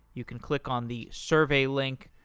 you can click on the survey link.